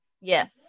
yes